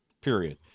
Period